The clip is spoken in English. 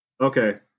Okay